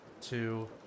two